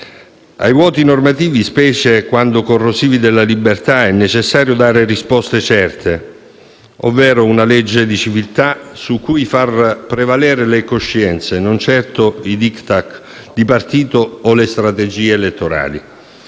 Ai vuoti normativi, specie quando corrosivi della libertà, è necessario dare risposte certe, ovvero una legge di civiltà, su cui far prevalere le coscienze, e non certo i *Diktat* di partito o le strategie elettorali.